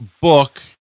book